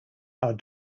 are